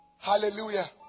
Hallelujah